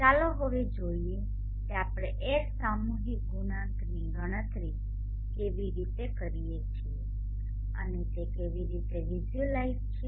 ચાલો હવે જોઈએ કે આપણે એર સામૂહિક ગુણાંકની ગણતરી કેવી રીતે કરીએ છીએ અને તે કેવી રીતે વિઝ્યુઅલાઇઝ્ડ છે